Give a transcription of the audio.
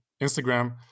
Instagram